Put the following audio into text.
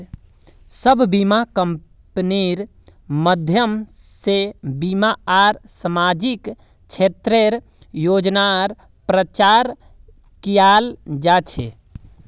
सब बीमा कम्पनिर माध्यम से बीमा आर सामाजिक क्षेत्रेर योजनार प्रचार कियाल जा छे